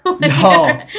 No